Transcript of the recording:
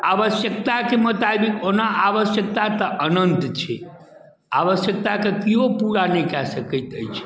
आवश्यकताके मोताबिक ओना आवश्यकता तऽ अनन्त छै आवश्यकता कऽ केओ पूरा नहि कै सकैत अछि